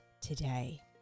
today